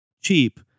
cheap